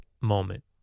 moment